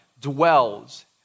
dwells